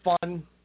fun